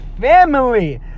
family